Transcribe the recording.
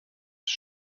ist